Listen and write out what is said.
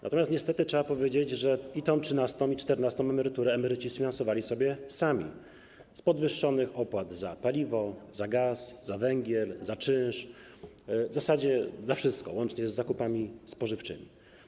Natomiast niestety trzeba powiedzieć, że i tę trzynastą, i tę czternastą emeryturę emeryci sfinansowali sobie sami z podwyższonych opłat za paliwo, za gaz, za węgiel, za czynsz, w zasadzie za wszystko, łącznie z zakupami spożywczymi.